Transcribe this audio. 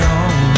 on